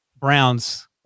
Browns